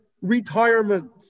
retirement